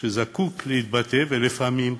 שזקוק להתבטא, לפעמים,